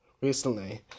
recently